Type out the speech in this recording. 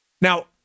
Now